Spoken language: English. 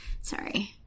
Sorry